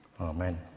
Amen